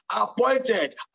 appointed